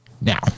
Now